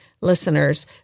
listeners